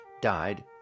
died